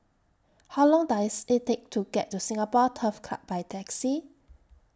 How Long Does IT Take to get to Singapore Turf Club By Taxi